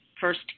first